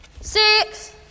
six